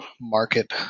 market